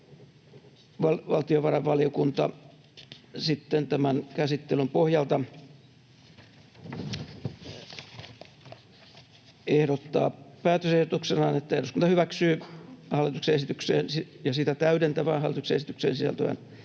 valtiovarainvaliokunta sitten tämän käsittelyn pohjalta ehdottaa päätösehdotuksenaan, että eduskunta hyväksyy hallituksen esitykseen ja sitä täydentävään hallituksen esitykseen sisältyvän